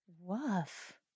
Woof